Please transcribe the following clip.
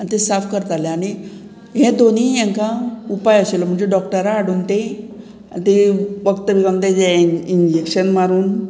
आनी ते साफ करताले आनी हे दोनी हांकां उपाय आशिल्लो म्हणजे डॉक्टरा हाडून ते वखद बीन तेजे इंजेक्शन मारून